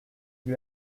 lui